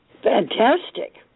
Fantastic